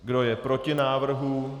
Kdo je proti návrhu?